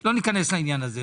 לא ניכנס לזה.